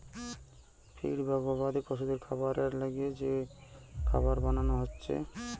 feed বা গবাদি পশুদের খাবারের লিগে যে খাবার বানান হতিছে